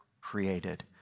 created